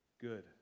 good